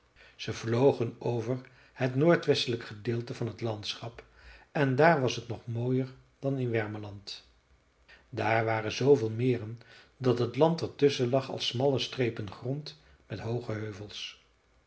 ze vlogen over het noordwestelijk gedeelte van t landschap en daar was het nog mooier dan in wermeland daar waren zooveel meren dat het land er tusschen lag als smalle strepen grond met hooge heuvels